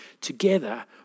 together